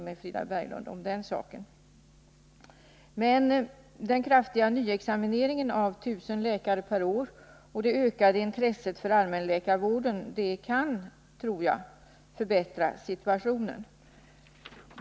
Men den kraftiga examineringen av ca 1 000 läkare per år och det ökade intresset för allmänläkarvården kan, tror jag, förbättra situationen.